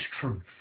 truth